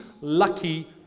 lucky